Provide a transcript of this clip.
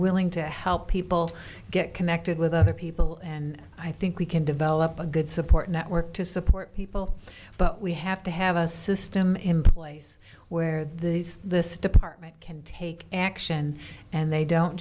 willing to help people get connected with other people and i think we can develop a good support network to support people but we have to have a system in place where these this department can take action and they don't